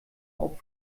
auf